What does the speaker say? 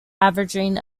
averaging